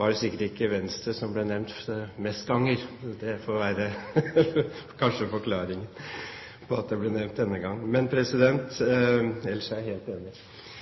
var det sikkert ikke Venstre som ble nevnt flest ganger! Det er kanskje forklaringen på at det ble nevnt denne gangen. Ellers er jeg helt enig.